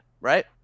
Right